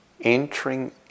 entering